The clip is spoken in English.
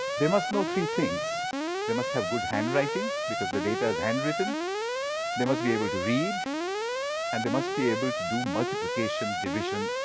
they must know three things they must have good handwriting, because the data is handwritten they must be able to read and they must be able to do multiplication, division,